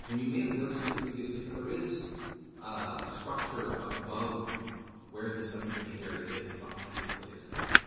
and you may have noticed it previously, but there is a structure above where the subterranean area is, behind the slayer's take.